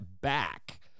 back